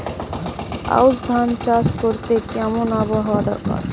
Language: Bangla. আউশ ধান চাষ করতে কেমন আবহাওয়া দরকার?